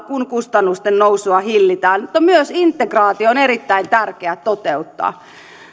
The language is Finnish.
kun kustannusten nousua hillitään mutta myös integraatio on erittäin tärkeä toteuttaa